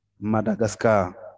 Madagascar